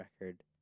record